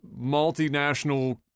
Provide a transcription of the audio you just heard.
multinational